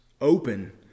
open